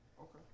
Okay